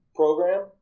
program